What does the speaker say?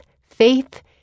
faith